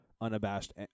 unabashed